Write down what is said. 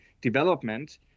development